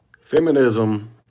Feminism